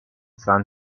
san